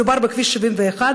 מדובר בכביש 71,